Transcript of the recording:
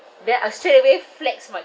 then I straightaway flex my